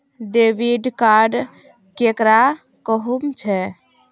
Debit card केकरा कहुम छे?